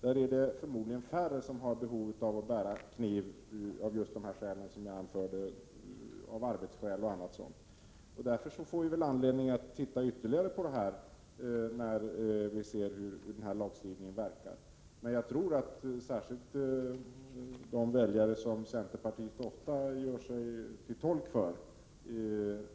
Där är det förmodligen färre som har behov av att bära kniv av arbetsskäl och andra liknande skäl. Därför får vi väl anledning att titta ytterligare på det när vi sett hur den här lagstiftningen verkar. Men de väljare som centerpartiet ofta gör sig till tolk för